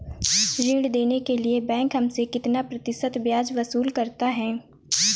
ऋण देने के लिए बैंक हमसे कितना प्रतिशत ब्याज वसूल करता है?